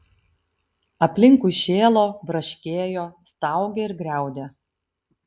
aplinkui šėlo braškėjo staugė ir griaudė